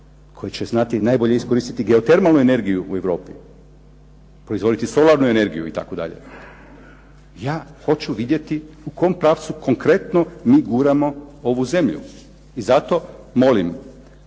koje će znati najbolje iskoristit geotermalnu energiju u Europi, proizvoditi solarnu energiju itd. Ja hoću vidjeti u kom pravcu konkretno mi guramo ovu zemlju i zato molim